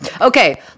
Okay